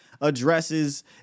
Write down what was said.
addresses